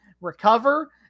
recover